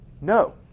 No